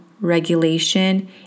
regulation